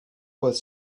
was